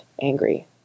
angry